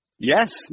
Yes